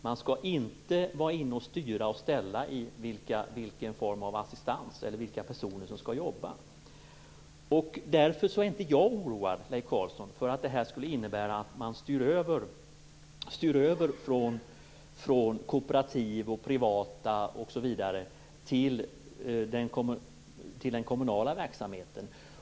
De skall inte styra och ställa när det gäller vilken form av assistans som är lämplig eller vilka personer som skall jobba. Därför är jag inte orolig för att det skulle innebära att man styr över från kooperativ och privata organisationer till den kommunala verksamheten.